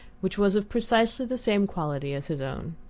which was of precisely the same quality as his own.